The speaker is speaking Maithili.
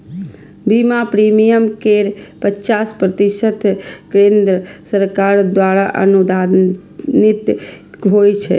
बीमा प्रीमियम केर पचास प्रतिशत केंद्र सरकार द्वारा अनुदानित होइ छै